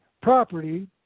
property